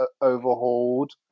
overhauled